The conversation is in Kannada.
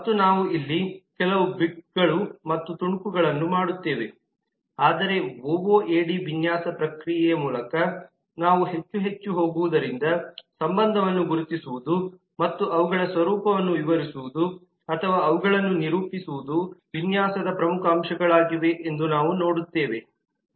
ಮತ್ತು ನಾವು ಇಲ್ಲಿ ಕೆಲವು ಬಿಟ್ಗಳು ಮತ್ತು ತುಣುಕುಗಳನ್ನು ಮಾಡುತ್ತೇವೆ ಆದರೆ ಓಓಎಡಿ ವಿನ್ಯಾಸ ಪ್ರಕ್ರಿಯೆಯ ಮೂಲಕ ನಾವು ಹೆಚ್ಚು ಹೆಚ್ಚು ಹೋಗುವುದರಿಂದ ಸಂಬಂಧವನ್ನು ಗುರುತಿಸುವುದು ಮತ್ತು ಅವುಗಳ ಸ್ವರೂಪವನ್ನು ವಿವರಿಸುವುದು ಅಥವಾ ಅವುಗಳನ್ನು ನಿರೂಪಿಸುವುದು ವಿನ್ಯಾಸದ ಪ್ರಮುಖ ಅಂಶಗಳಾಗಿವೆ ಎಂದು ನಾವು ನೋಡುತ್ತೇವೆ